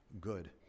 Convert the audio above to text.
good